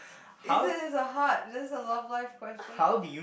is it is a heart is this a love life question